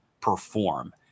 perform